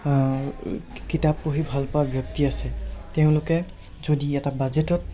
কিতাপ পঢ়ি ভাল পোৱা ব্যক্তি আছে তেওঁলোকে যদি এটা বাজেটত